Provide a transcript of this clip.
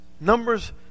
Numbers